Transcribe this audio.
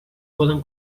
poden